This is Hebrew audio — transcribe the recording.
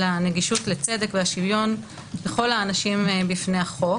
הנגישות לצדק והשוויון לכל האנשים בפני החוק.